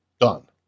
Done